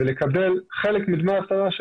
ולקבל חלק מדמי האבטלה.